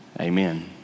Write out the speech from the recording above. amen